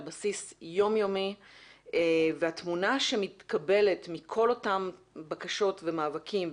בסיס יום יומי והתמונה שמתקבלת מכל אותן בקשות ומאבקים,